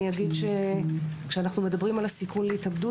ואני אגיד שכשאנחנו מדברים על הסיכון להתאבדות,